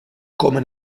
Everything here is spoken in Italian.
come